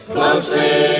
Closely